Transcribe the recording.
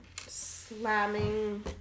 Slamming